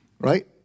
right